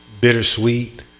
bittersweet